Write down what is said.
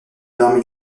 l’armée